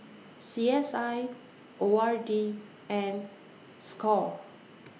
C S I O R D and SCORE